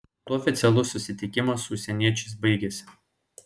tuo oficialus susitikimas su užsieniečiais baigėsi